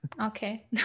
Okay